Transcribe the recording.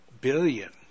billion